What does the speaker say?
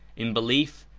in belief.